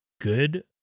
good